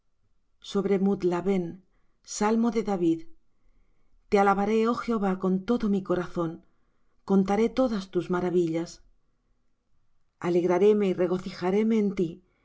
sobre muth labben salmo de david te alabaré oh jehová con todo mi corazón contaré todas tus maravillas alegraréme y regocijaréme en ti